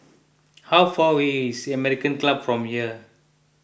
how far away is American Club from here